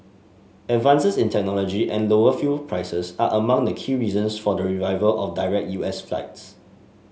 advances in technology and lower fuel prices are among the key reasons for the revival of direct U S flights